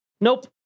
Nope